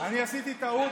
אני עשיתי טעות,